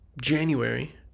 January